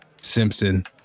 Simpson